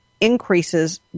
increases